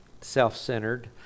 self-centered